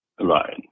Right